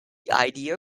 idea